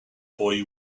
boy